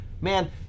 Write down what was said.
Man